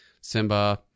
Simba